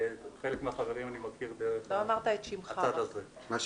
ואת חלק מהחברים אני מכיר דרך הצד הזה.